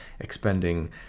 expending